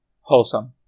Wholesome